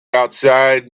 outside